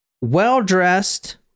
well-dressed